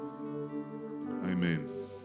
Amen